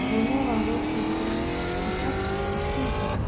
بولنے والوں کے لیے بہت مشکل ہے